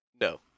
no